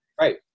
Right